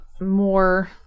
more